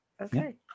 okay